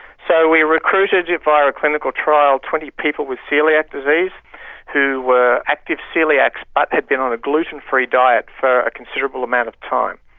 so we recruited yeah in our clinical trial twenty people with coeliac disease who were active coeliacs but had been on a gluten free diet for a considerable amount of time.